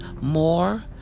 more